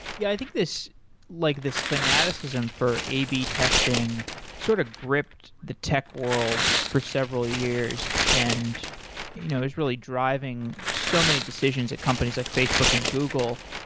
yeah, i think this like this fanaticism for a b testing sort of gripped the tech world for several years and you know it's really driving so many decisions at companies like facebook and google.